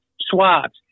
swabs